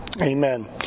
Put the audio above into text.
Amen